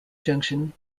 junction